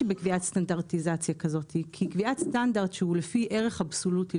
בקביעת סטנדרטיזציה כזו כי קביעת סטנדרט שהוא לפי ערך אבסולוטי,